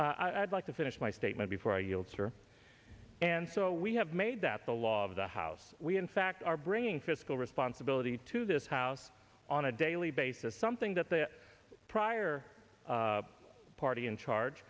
i'd like to finish my statement before you would sir and so we have made that the law of the house we in fact are bringing fiscal responsibility to this house on a daily basis something that the prior party in charge